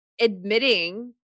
admitting